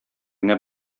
генә